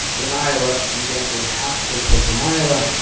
in iowa, and yes, it would have to take place in iowa,